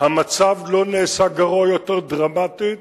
המצב לא נעשה גרוע יותר דרמטית.